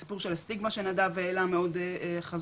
על הסיפור שהסטיגמה שנדב העלה מאוד חזק,